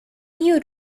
you